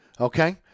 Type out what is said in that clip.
Okay